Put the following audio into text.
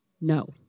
No